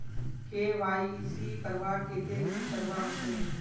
KYC करवार केते की करवा होचए?